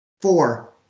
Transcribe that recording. Four